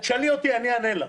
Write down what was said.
תשאלי אותי, אני אענה לך.